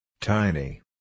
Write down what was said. Tiny